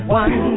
one